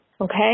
okay